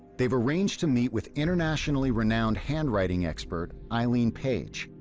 they've arranged to meet with internationally renowned handwriting expert eileen page,